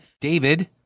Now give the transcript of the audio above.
David